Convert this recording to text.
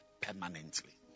permanently